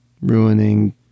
Ruining